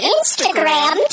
Instagram